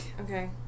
Okay